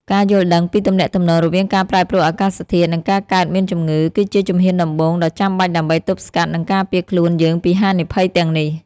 ការយល់ដឹងពីទំនាក់ទំនងរវាងការប្រែប្រួលអាកាសធាតុ និងការកើតមានជំងឺ គឺជាជំហានដំបូងដ៏ចាំបាច់ដើម្បីទប់ស្កាត់ និងការពារខ្លួនយើងពីហានិភ័យទាំងនេះ។